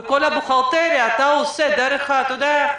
ואת כל האבו-חלטרייה אתה עושה דרך אתה יודע,